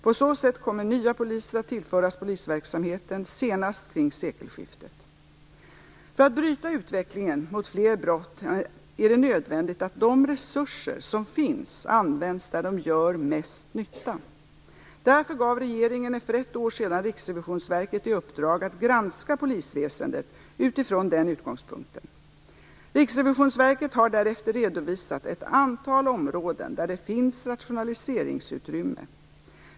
På så sätt kommer nya poliser att tillföras polisverksamheten senast kring sekelskiftet. För att bryta utvecklingen mot fler brott är det nödvändigt att de resurser som finns används där de gör mest nytta. Därför gav regeringen för ett år sedan Riksrevisionsverket i uppdrag att granska polisväsendet utifrån den utgångspunkten. Riksrevisionsverket har därefter redovisat ett antal områden där det finns rationaliseringsutrymme.